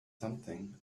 something